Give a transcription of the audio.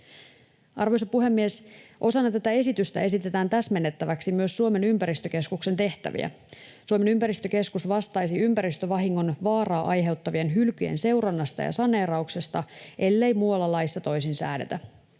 Arvoisa puhemies! Osana tätä esitystä esitetään täsmennettäväksi myös Suomen ympäristökeskuksen tehtäviä. Suomen ympäristökeskus vastaisi ympäristövahingon vaaraa aiheuttavien hylkyjen seurannasta ja saneerauksesta, ellei muualla laissa toisin säädetä.